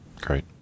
Great